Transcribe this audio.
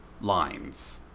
lines